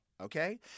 Okay